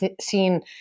seen